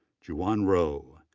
juwon roe,